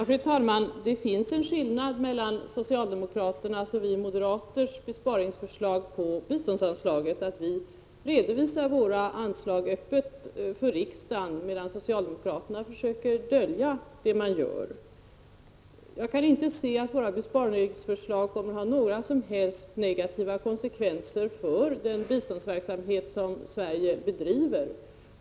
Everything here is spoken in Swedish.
Fru talman! Det finns en skillnad mellan socialdemokraternas och moderaternas besparingsförslag i fråga om biståndsanslaget. Vi redovisar våra anslag öppet för riksdagen, medan socialdemokraterna försöker dölja det man gör. Jag kan inte se att våra besparingsförslag kommer att ha några som helst negativa konsekvenser för den biståndsverksamhet som Sverige bedriver.